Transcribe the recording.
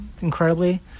incredibly